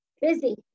Busy